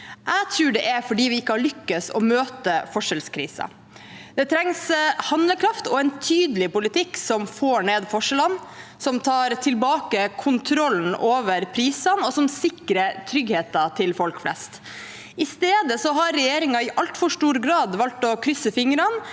Jeg tror det er fordi vi ikke har lyktes med å møte forskjellskrisen. Det trengs handlekraft og en tydelig politikk som får ned forskjellene, som tar tilbake kontrollen over prisene, og som sikrer tryggheten til folk flest. I stedet har regjeringen i altfor stor grad valgt å krysse fingrene